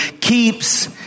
keeps